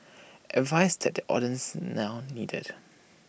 advice that the audience now needed